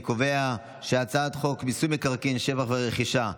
אני קובע שהצעת חוק מיסוי מקרקעין (שבח ורכישה)